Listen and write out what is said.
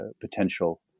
potential